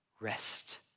rest